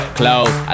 close